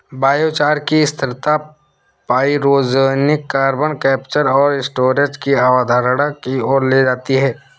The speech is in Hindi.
बायोचार की स्थिरता पाइरोजेनिक कार्बन कैप्चर और स्टोरेज की अवधारणा की ओर ले जाती है